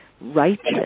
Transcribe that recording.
righteous